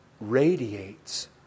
radiates